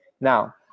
Now